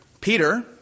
Peter